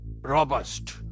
robust